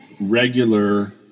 regular